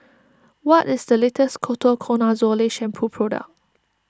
what is the latest Ketoconazole Shampoo product